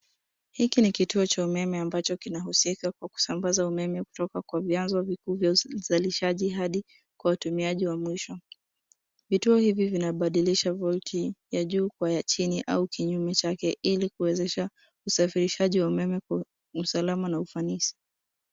Hiki ni kituo cha umeme ambacho kinahusika kusambaza umeme kutoka kwa viazo vikuu vya uzalishaji hadi kwa watumiaji wa mwisho. Vituo hivi vinabadilisha volti ya juu kwa ya chini au kinyume chake ili kuwezesha usafirishaji wa umeme kwa usalama na ufanisi.